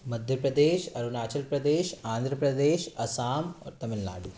मध्य प्रदेश अरुणाचल प्रदेश आंध्र प्रदेश आसाम और तमिल नाडु